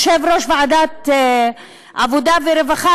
יושב-ראש ועדת העבודה והרווחה,